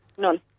None